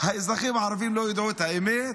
האזרחים הערבים לא ידעו את האמת?